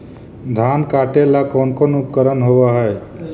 धान काटेला कौन कौन उपकरण होव हइ?